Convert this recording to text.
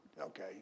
Okay